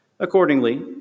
Accordingly